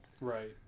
Right